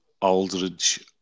Aldridge